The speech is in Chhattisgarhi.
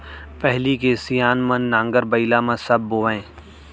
पहिली के सियान मन नांगर बइला म सब बोवयँ